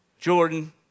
Jordan